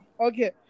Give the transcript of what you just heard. Okay